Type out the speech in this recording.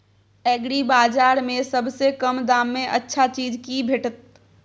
एग्रीबाजार में सबसे कम दाम में अच्छा चीज की भेटत?